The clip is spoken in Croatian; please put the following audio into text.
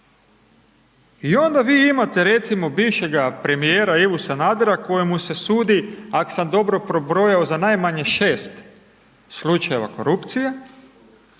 I onda vi imate recimo bivšega premijera Ivu Sanadera kojemu me se sudi, ak sam dobro pobrojao, za najmanje 6 slučajeva korupcije